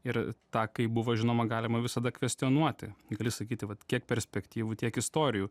ir tą kaip buvo žinoma galima visada kvestionuoti gali sakyti vat kiek perspektyvų tiek istorijų